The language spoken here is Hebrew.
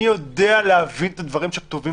מי יודע להבין את הדברים שכתובים פה?